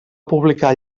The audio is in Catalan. publicar